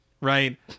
right